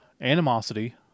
animosity